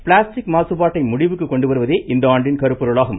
plastic மாசுபாட்டை முடிவுக்கு கொண்டு வருவதே இந்த கருப்பொருளாகும்